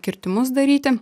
kirtimus daryti